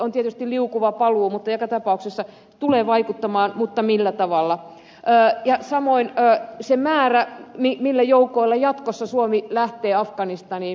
on tietysti liukuva paluu mutta joka tapauksessa tämä tulee vaikuttamaan mutta millä tavalla samoin se määrä millä joukoilla jatkossa suomi lähtee afganistaniin